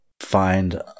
find